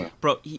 bro